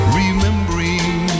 remembering